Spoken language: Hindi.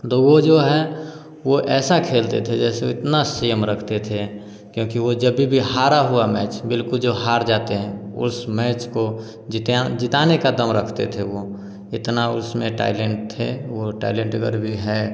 तो वह जो हैं वह ऐसा खेलते थे जैसे इतना संयम रखते थे क्योंकि वह जभी भी हारा हुआ मैच बिल्कुल जब हार जाते हैं उस मैच को जीत्यां जिताने का दम रखते थे वह इतना उसमें टाइलेंट थे वह टाइलेंट गर भी है